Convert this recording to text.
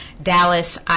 dallas